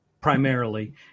primarily